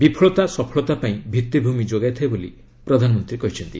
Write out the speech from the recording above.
ବିଫଳତା ସଫଳତା ପାଇଁ ଭିଭିଭିମି ଯୋଗାଇଥାଏ ବୋଲି ପ୍ରଧାନମନ୍ତ୍ରୀ କହିଛନ୍ତି